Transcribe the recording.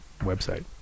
website